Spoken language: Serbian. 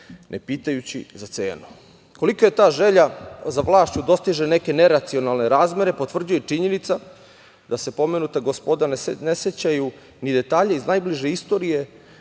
ne pitajući za cenu. Kolika ta želja za vlašću dostiže neke neracionalne razmere potvrđuje i činjenica da se pomenuta gospoda ne sećaju ni detalja iz najbliže istorije